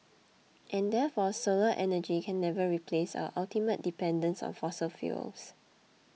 and therefore solar energy can never replace our ultimate dependence on fossil fuels